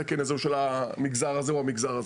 התקן הזה הוא של המגזר הזה או המגזר הזה,